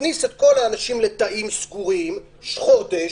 תכניס את כל האנשים לתאים סגורים למשך חודש,